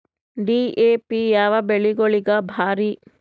DAP ಯಾವ ಬೆಳಿಗೊಳಿಗ ಭಾರಿ?